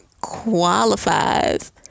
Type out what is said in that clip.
qualifies